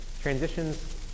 transitions